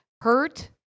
hurt